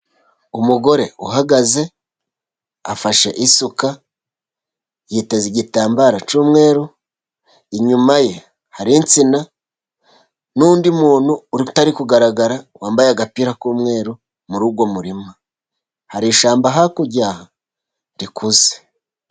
Umugore uhagaze afashe isuka yiteze igitambaro cy'umweru, inyuma ye hari insina n'undi muntu utari kugaragara, wambaye agapira k'umweru muri uwo murima. Hari ishyamba hakurya rikuze.